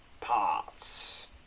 parts